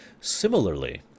Similarly